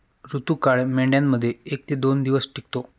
ऋतुकाळ मेंढ्यांमध्ये एक ते दोन दिवस टिकतो